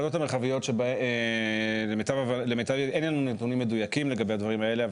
בוועדות המרחביות אין לנו נתונים מדויקים לגבי הדברים האלה,